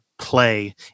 play